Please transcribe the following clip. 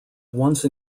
once